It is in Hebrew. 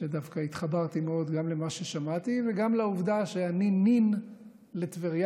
שדווקא התחברתי מאוד גם למה ששמעתי וגם לעובדה שאני נין לטבריינית.